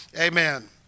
Amen